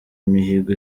imihigo